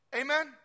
Amen